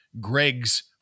Greg's